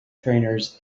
trainers